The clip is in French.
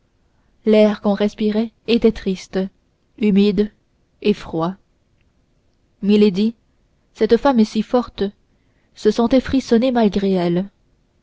l'air qu'on respirait était triste humide et froid milady cette femme si forte se sentait frissonner malgré elle